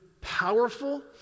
powerful